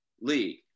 league